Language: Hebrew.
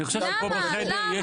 אני חושב שיש ייצוג הולם פה בחדר.